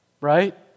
Right